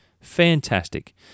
Fantastic